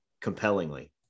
compellingly